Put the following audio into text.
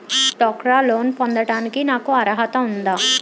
డ్వాక్రా లోన్ పొందటానికి నాకు అర్హత ఉందా?